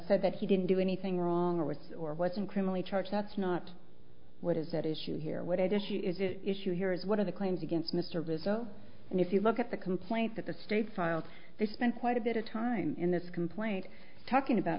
said that he didn't do anything wrong or was or wasn't criminally charged that's not what is at issue here what i just issue here is what are the claims against mr rizzo and if you look at the complaint that the state filed they spent quite a bit of time in this complaint talking about